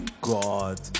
God